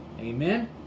Amen